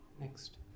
Next